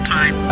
Time